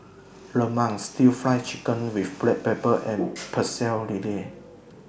Lemang Stir Fried Chicken with Black Pepper and Pecel Lele